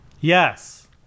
yes